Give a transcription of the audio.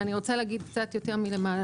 ואני רוצה להגיד קצת יותר מלמעלה.